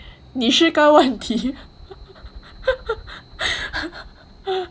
你是高问题